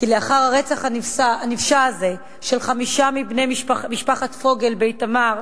כי לאחר הרצח הנפשע הזה של חמישה מבני משפחת פוגל באיתמר,